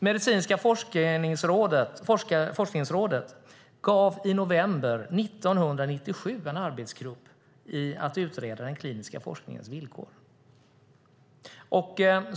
Medicinska forskningsrådet gav i november 1997 en arbetsgrupp i uppdrag att utreda den kliniska forskningens villkor.